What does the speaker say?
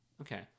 okay